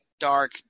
dark